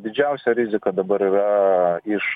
didžiausia rizika dabar yra iš